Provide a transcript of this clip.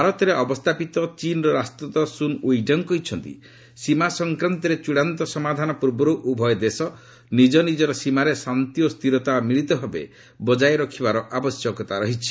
ଭାରତରେ ଅବସ୍ଥାପିତ ଚୀନ୍ର ରାଷ୍ଟ୍ରଦ୍ରତ ସୁନ୍ ଓଇଡଙ୍ଗ କହିଛନ୍ତି ସୀମା ସଂକ୍ରାନ୍ତରେ ଚୂଡାନ୍ତ ସମାଧାନ ପୂର୍ବରୁ ଉଭୟ ଦେଶ ନିଜ ନିଜର ସୀମାରେ ଶାନ୍ତି ଓ ସ୍ଥିରତା ମିଳିତଭାବେ ବଜାୟ ରଖିବାର ଆବଶ୍ୟକତା ରହିଛି